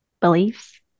beliefs